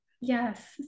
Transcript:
Yes